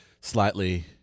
slightly